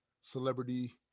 Celebrity